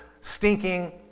stinking